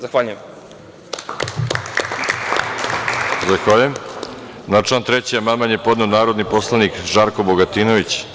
Na član 3. amandman je podneo narodni poslanik Žarko Bogatinović.